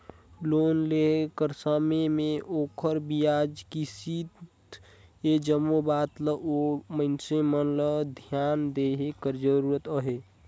loan लेय कर समे में ओखर बियाज, किस्त ए जम्मो बात ल ओ मइनसे मन ल धियान देहे कर जरूरत अहे